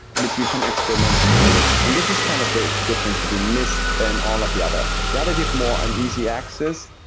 which we can experiment within mist. and this is kind of the difference between mist and all of the other. the other give more an easy access,